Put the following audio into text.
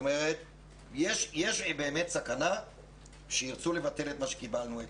יש בעצם סכנה שירצו לבטל את מה שקיבלנו אתמול.